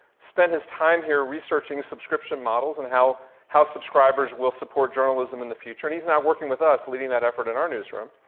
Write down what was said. spent his time here researching subscription models and how how subscribers will support journalism in the future. and he's now working with us leading that effort in our newsroom.